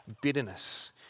bitterness